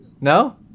No